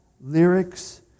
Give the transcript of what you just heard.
lyrics